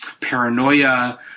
paranoia